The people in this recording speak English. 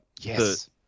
Yes